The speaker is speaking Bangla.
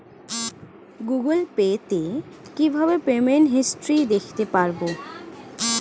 গুগোল পে তে কিভাবে পেমেন্ট হিস্টরি দেখতে পারবো?